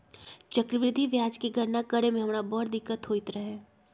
चक्रवृद्धि ब्याज के गणना करे में हमरा बड़ दिक्कत होइत रहै